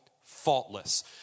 faultless